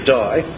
die